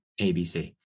ABC